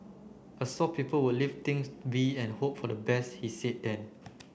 a soft people would leave things be and hope for the best he said then